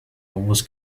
was